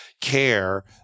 care